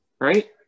Right